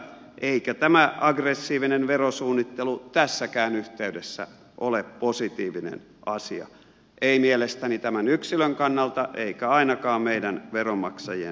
eikä tämä aggressiivinen verosuunnittelu tässäkään yhteydessä ole positiivinen asia ei mielestäni tämän yksilön kannalta eikä ainakaan meidän veronmaksajien kannalta